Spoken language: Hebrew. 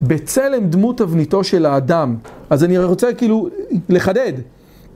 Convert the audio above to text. בצלם דמות תבניתו של האדם. אז אני רוצה כאילו לחדד